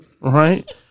right